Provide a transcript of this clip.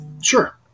Sure